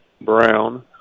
Brown